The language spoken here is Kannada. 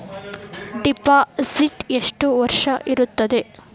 ಡಿಪಾಸಿಟ್ ಎಷ್ಟು ವರ್ಷ ಇರುತ್ತದೆ?